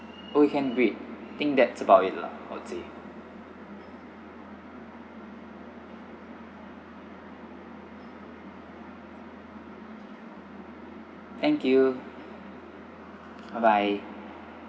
oh it can read think that's about it lah I would say thank you bye bye